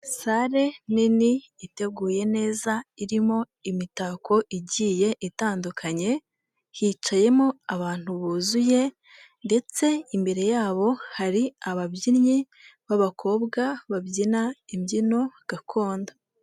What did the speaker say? Sale nini iteguye neza irimo imitako igiye itandukanye, hicayemo abantu buzuye ndetse imbere yabo hari ababyinnyi b'abakobwa babyina imbyino gakondo.